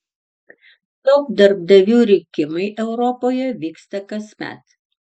top darbdavių rinkimai europoje vyksta kasmet